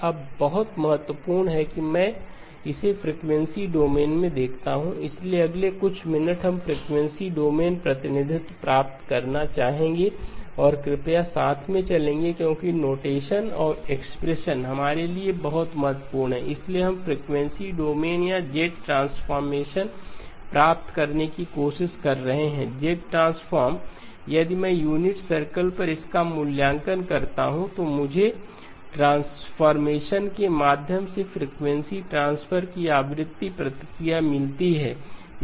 अब बहुत महत्वपूर्ण है कि अब मैं इसे फ़्रीक्वेंसी डोमेन में देखता हूं इसलिए अगले कुछ मिनट हम फ़्रीक्वेंसी डोमेन प्रतिनिधित्व प्राप्त करना चाहेंगे और कृपया साथ में चलेंगे क्योंकि नोटेशन और एक्सप्रेशन हमारे लिए बहुत महत्वपूर्ण हैं इसलिए हम फ़्रीक्वेंसी डोमेन या Z ट्रांसफ़ॉर्मेशन प्राप्त करने की कोशिश कर रहे हैं Z ट्रांसफॉर्म यदि मैं यूनिट सर्कल पर इसका मूल्यांकन करता हूं तो मुझे ट्रांसफ़ॉर्मेशन के माध्यम से फ़्रीक्वेंसी ट्रांसफ़र की आवृत्ति प्रतिक्रिया मिलती है